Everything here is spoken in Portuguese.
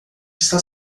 está